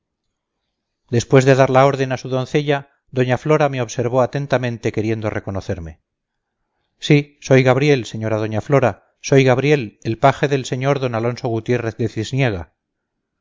después de dar la orden a su doncella doña flora me observó atentamente queriendo reconocerme sí soy gabriel señora doña flora soy gabriel el paje del sr d alonso gutiérrez de cisniega